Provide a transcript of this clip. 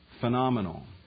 phenomenal